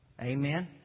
Amen